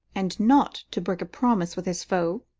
and not, to break a promise with his foe?